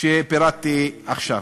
שפירטתי עכשיו?